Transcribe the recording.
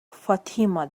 fatima